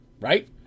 Right